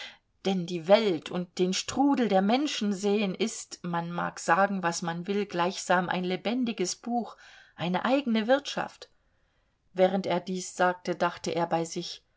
denn die welt und den strudel der menschen sehen ist man mag sagen was man will gleichsam ein lebendiges buch eine eigene wirtschaft während er dies sagte dachte er bei sich